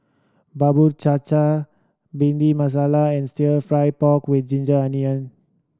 cha cha Bhindi Masala and Stir Fry pork with ginger onion